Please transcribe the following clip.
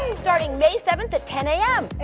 starting may seven at ten a m.